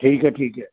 ਠੀਕ ਹੈ ਠੀਕ ਹੈ